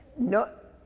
not,